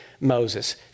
Moses